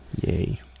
Yay